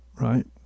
right